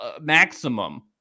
maximum